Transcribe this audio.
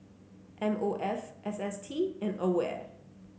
M O F S S T and Aware